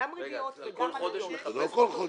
--- כל חודש את מחפשת אותו?